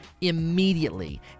immediately